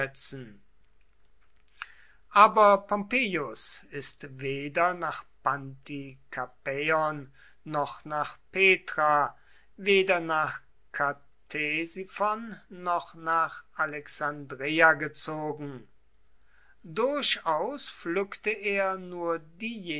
aber pompeius ist weder nach pantikapäon noch nach petra weder nach ktesiphon noch nach alexandreia gezogen durchaus pflückte er nur diejenigen früchte die